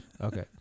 Okay